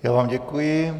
Já vám děkuji.